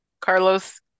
Carlos